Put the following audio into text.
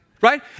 Right